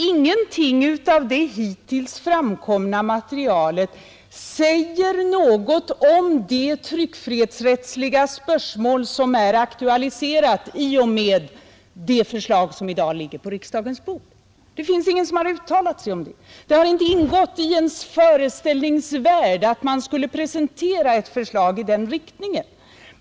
Ingenting av det hittills framkomna materialet säger nämligen något om det tryckfrihetsrättsliga spörsmål som är aktualiserat i och med det förslag som i dag ligger på riksdagens bord. Ingen har uttalat sig om det. Det har inte ingått i ens föreställningsvärld att man skulle presentera ett förslag i den riktningen.